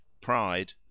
pride